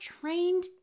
trained